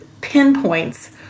pinpoints